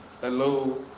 hello